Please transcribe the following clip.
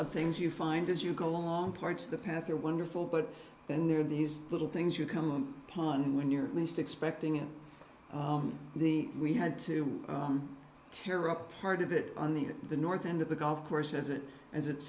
of things you find as you go along parts of the path are wonderful but then there are these little things you come upon when you're least expecting it the we had to tear up part of it on the at the north end of the golf course as it as it